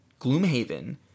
Gloomhaven